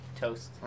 toast